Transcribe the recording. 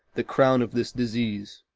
the crown of this disease.